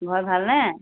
ঘৰত ভালনে